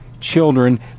children